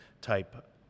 type